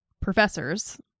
professors